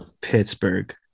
Pittsburgh